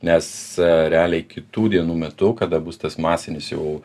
nes realiai kitų dienų metu kada bus tas masinis jau